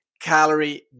calorie